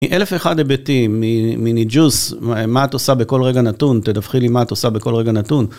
מאלף ואחד היבטים. מניג'וס, מה את עושה בכל רגע נתון, תדווחי לי מה את עושה בכל רגע נתון.